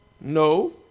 No